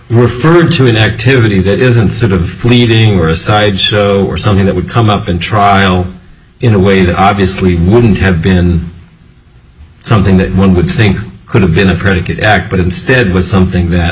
referred to an activity that isn't sort of fleeting or a sideshow or something that would come up in trial in a way that obviously wouldn't have been something that one would think could have been a predicate act but instead was something that